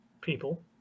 people